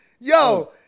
yo